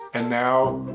and now